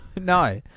no